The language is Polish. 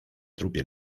trupie